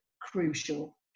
crucial